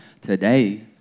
today